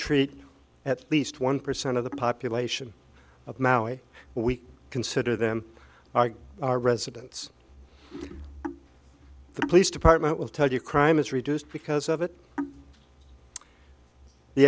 treat at least one percent of the population of maui we consider them are our residents the police department will tell you crime is reduced because of it the